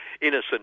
innocent